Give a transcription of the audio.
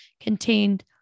contained